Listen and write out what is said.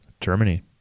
Germany